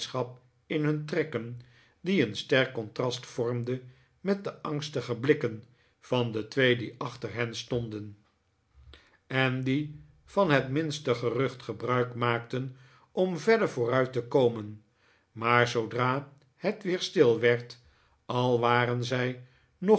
in hun trekken die een sterk contrast vormde met de angstige blikken van de twee die achter hen stonden nikolaas nickleby en die van het minste gerucht gebruik maakten om verder vooruit te komen maar zoodra het weer stil werd al waren zij ook nog